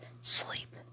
Sleep